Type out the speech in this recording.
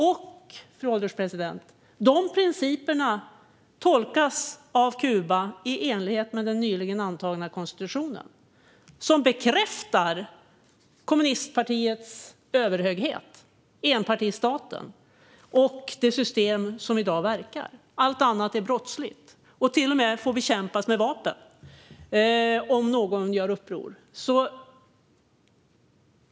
Dessa principer, fru ålderspresident, tolkas av Kuba i enlighet med den nyligen antagna konstitutionen, som bekräftar kommunistpartiets överhöghet, enpartistaten och det system som i dag verkar. Allt annat är brottsligt och får till och med bekämpas med vapen, om någon gör uppror.